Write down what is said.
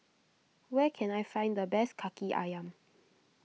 where can I find the best Kaki Ayam